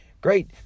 Great